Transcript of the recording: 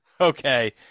Okay